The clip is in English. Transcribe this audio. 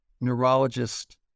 neurologist